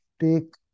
take